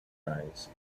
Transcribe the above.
eyes